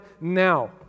now